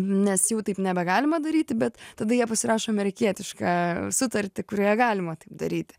nes jau taip nebegalima daryti bet tada jie pasirašo amerikietišką sutartį kurioje galima taip daryti